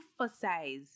emphasize